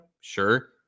Sure